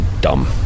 dumb